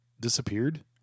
disappeared